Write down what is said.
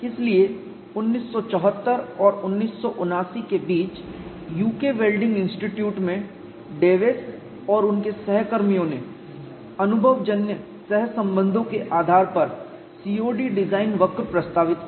इसलिए 1974 और 1979 के बीच यूके वेल्डिंग इंस्टीट्यूट में डेवेस और उनके सहकर्मियों ने अनुभवजन्य सहसंबंधों के आधार पर COD डिजाइन वक्र प्रस्तावित किया